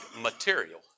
material